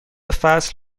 فصل